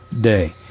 day